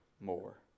more